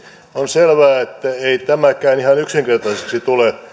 on selvää että ei tämäkään ihan yksinkertaiseksi tule